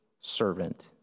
servant